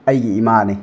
ꯑꯩꯒꯤ ꯏꯃꯥꯅꯤ